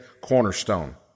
cornerstone